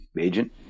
agent